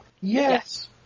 Yes